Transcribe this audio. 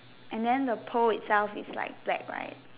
and then the pole itself is like black right